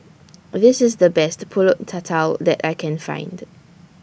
This IS The Best Pulut Tatal that I Can Find